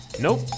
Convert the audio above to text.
Nope